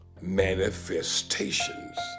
manifestations